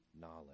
knowledge